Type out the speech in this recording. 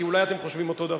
כי אולי אתם חושבים אותו דבר.